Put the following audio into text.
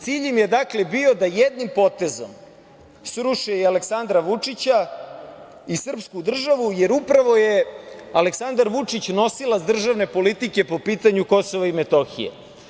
Cilj im je, dakle, bio da jednim potezom sruše i Aleksandra Vučića i srpsku državu, jer upravo je Aleksandar Vučić nosilac državne politike po pitanju Kosova i Metohije.